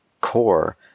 core